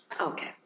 Okay